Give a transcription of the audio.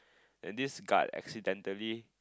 and this guard accidentally